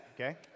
okay